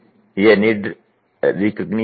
यह need recognition है